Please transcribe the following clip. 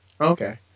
Okay